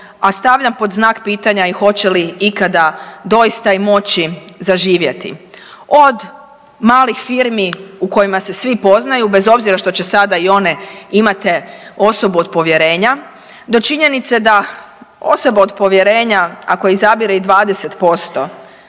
a stavljam pod znak pitanja i hoće li ikada doista i moći zaživjeti. Od malih firmi u kojima se svi poznaju bez obzira što će sada i one imati osobu od povjerenja do činjenice da osoba od povjerenja ako je izabire i 20%,